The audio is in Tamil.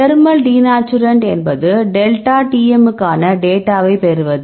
தெர்மல் டிநேச்சுரண்ட் என்பது டெல்டா Tm க்கான டேட்டாவை பெறுவது